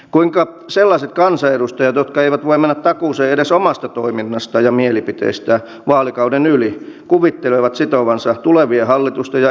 kuinka sellaiset kansanedustajat jotka eivät voi mennä takuuseen edes omasta toiminnastaan ja mielipiteistään vaalikauden yli kuvittelevat sitovansa tulevien hallitusten ja eduskuntien kädet